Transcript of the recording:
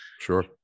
sure